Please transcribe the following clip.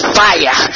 fire